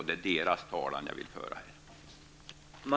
Det är deras talan jag vill föra.